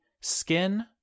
skin